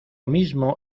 mismo